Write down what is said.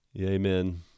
Amen